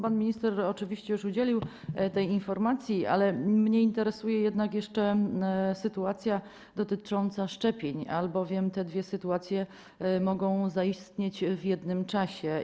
Pan minister oczywiście już udzielił tej informacji, ale mnie interesuje jeszcze sytuacja dotycząca szczepień, albowiem te dwie sytuacje mogą zaistnieć w jednym czasie.